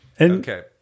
Okay